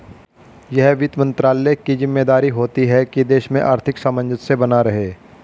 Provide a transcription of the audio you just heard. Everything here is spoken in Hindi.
यह वित्त मंत्रालय की ज़िम्मेदारी होती है की देश में आर्थिक सामंजस्य बना रहे